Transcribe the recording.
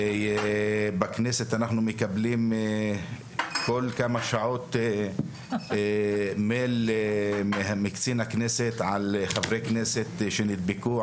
ובכנסת אנחנו מקבלים כל כמה שעות מייל מקצין הכנסת על חברי כנסת שנדבקו,